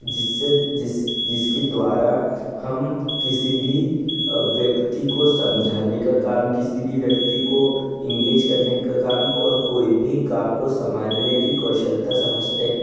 जिससे जिस जिसकी द्वारा हम किसी भी व्यक्ति को समझाने का काम किसी भी व्यक्ति को इंगेज करने का काम कोई भी काम को संभालने की कौशलता समझते हैं